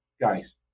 guys